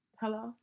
hello